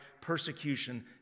persecution